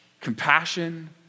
compassion